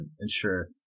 ensure